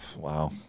wow